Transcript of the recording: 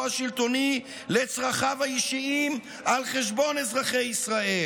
השלטוני לצרכיו האישיים על חשבון אזרחי ישראל,